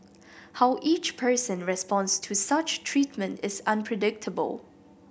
how each person responds to such treatment is unpredictable